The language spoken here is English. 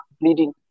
Bleeding